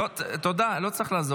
אינו.